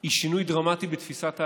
כאלימות הוא שינוי דרמטי בתפיסת האלימות,